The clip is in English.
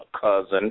cousin